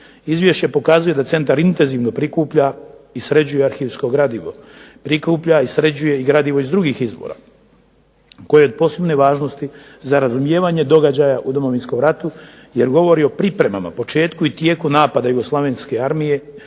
Izvješće pokazuje da centar intenzivno prikuplja i sređuje arhivsko gradivo, prikuplja i sređuje i gradivo iz drugih izvora koje je od posebne važnosti za razumijevanje događaja u Domovinskom ratu jer govori o pripremama početku i tijeku napada Jugoslavenske armije